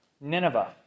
Nineveh